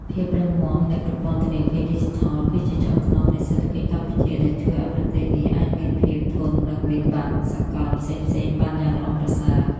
ភាពរឹងមាំនៃប្រព័ន្ធធនាគារឌីជីថល គឺជាឆ្អឹងខ្នងនៃសេដ្ឋកិច្ចកម្ពុជា ដែលជួយឱ្យប្រទេសនេះអាចមានភាពធន់នឹងវិបត្តិសកលផ្សេងៗបានយ៉ាងល្អប្រសើរ។